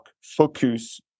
focus